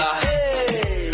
hey